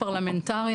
סתירה לטעמכם.